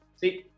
see